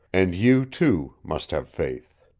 and you, too, must have faith.